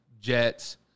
Jets